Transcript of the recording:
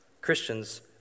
Christians